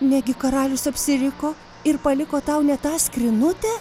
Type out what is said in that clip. negi karalius apsiriko ir paliko tau ne tą skrynutę